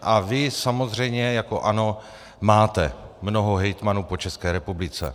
A vy samozřejmě jako ANO máte mnoho hejtmanů po České republice.